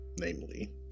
Namely